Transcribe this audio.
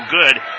good